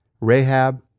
Rahab